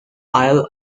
isle